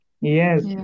Yes